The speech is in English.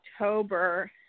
October